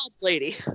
lady